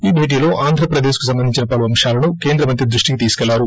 ఈ భేటీలో ఆంధ్రప్రదేశ్కు సంబంధించిన పలు అంశాలను కేంద్రమంత్రి దృష్టికి తీసుకెళ్లారు